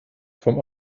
vom